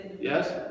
yes